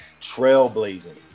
trailblazing